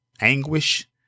anguish